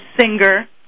singer